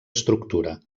estructura